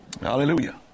Hallelujah